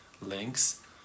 links